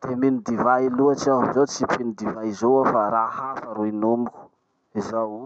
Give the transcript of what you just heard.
de mino divay loatsy aho, zaho tsy mpino divay zao aho fa raha hafa ro inomiko. Zao o.